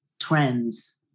trends